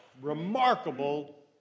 remarkable